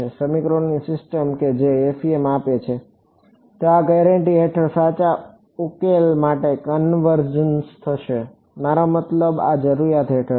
સમીકરણોની સિસ્ટમ કે જે FEM આપે છે તે આ ગેરેંટી હેઠળ સાચા ઉકેલ માટે કન્વર્જ થશે મારો મતલબ આ જરૂરિયાત હેઠળ છે